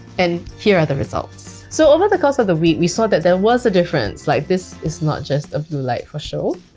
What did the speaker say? and here are the results. so over the course of the week, we saw that there was a difference like this is not just a blue light for show